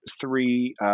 three